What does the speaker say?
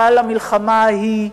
אבל המלחמה ההיא,